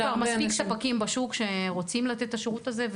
יש כבר מספיק ספקים בשוק שרוצים לתת את השירות הזה,